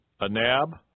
Anab